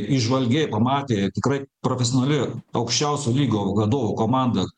įžvalgiai pamatė tikrai profesionali aukščiausio lygio vadovų komanda